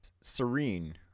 serene